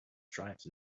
stripes